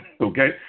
okay